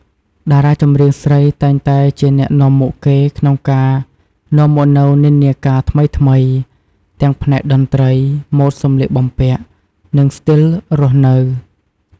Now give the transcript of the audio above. តារាចម្រៀងស្រីតែងតែជាអ្នកនាំមុខគេក្នុងការនាំមកនូវនិន្នាការថ្មីៗ ទាំងផ្នែកតន្ត្រី ម៉ូដសម្លៀកបំពាក់ និងស្ទីលរស់នៅ។